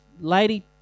lady